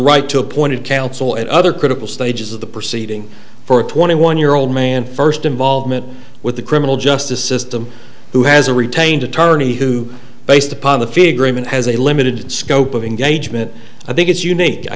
right to appointed counsel and other critical stages of the proceeding for a twenty one year old man first involvement with the criminal justice system who has a retained attorney who based upon the figure even has a limited scope of engagement i think it's unique i